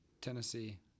Tennessee